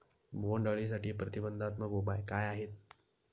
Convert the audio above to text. बोंडअळीसाठी प्रतिबंधात्मक उपाय काय आहेत?